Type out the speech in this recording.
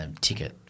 ticket